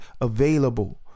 available